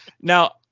now